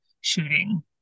shooting